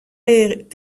est